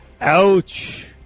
ouch